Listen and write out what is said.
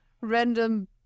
random